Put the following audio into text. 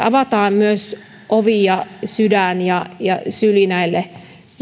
avataan ovi ja sydän ja ja syli myös